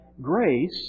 grace